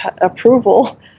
approval